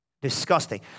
disgusting